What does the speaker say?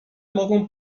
mogą